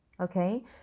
okay